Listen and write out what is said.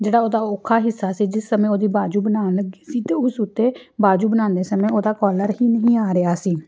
ਜਿਹੜਾ ਉਹਦਾ ਔਖਾ ਹਿੱਸਾ ਸੀ ਜਿਸ ਸਮੇਂ ਉਹਦੀ ਬਾਜੂ ਬਣਾਉਣ ਲੱਗੀ ਸੀ ਅਤੇ ਉਸ ਉੱਤੇ ਬਾਜੂ ਬਣਾਉਂਦੇ ਸਮੇਂ ਉਹਦਾ ਕੋਲਰ ਹੀ ਨਹੀਂ ਆ ਰਿਹਾ ਸੀ